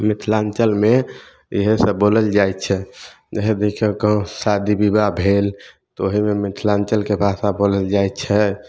मिथिलाञ्चलमे इहए सब बोलल जाइत छै ओएह दिनसँ कहु शादी बिवाह भेल तऽ ओहिमे मिथिलाञ्चलके भाषा बोलल जाइत छै